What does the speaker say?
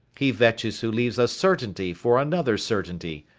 he vetches who leaves a certainty for another certainty,